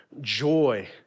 joy